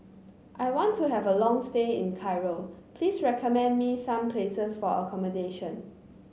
I want to have a long stay in Cairo please recommend me some places for accommodation